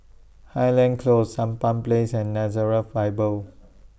Highland Close Sampan Place and Nazareth Bible